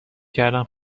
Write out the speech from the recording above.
کردم